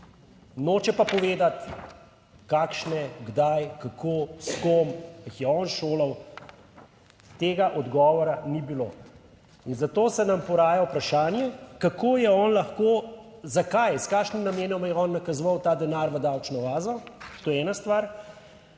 Noče pa povedati, kakšne, kdaj, kako, s kom jih je on šolal. Tega odgovora ni bilo. In zato se nam poraja vprašanje, kako je on lahko, zakaj, s kakšnim namenom je on nakazoval ta denar v davčno oazo. To je ena stvar.